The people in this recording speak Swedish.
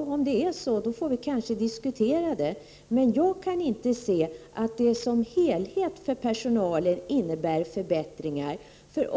får vi kanske diskutera frågan. Jag kan inte se att det som helhet för personalen innebär förbättringar.